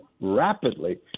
rapidly